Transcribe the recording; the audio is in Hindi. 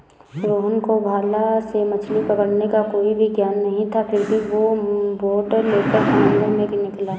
रोहन को भाला से मछली पकड़ने का कोई भी ज्ञान नहीं था फिर भी वो बोट लेकर समंदर में निकला